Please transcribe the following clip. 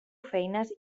feines